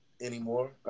anymore